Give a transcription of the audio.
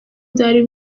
byari